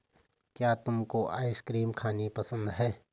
क्या तुमको आइसक्रीम खानी पसंद है?